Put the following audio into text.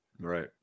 Right